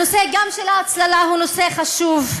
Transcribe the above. הנושא, גם של ההצללה, הוא נושא חשוב.